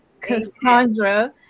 Cassandra